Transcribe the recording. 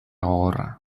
gogorra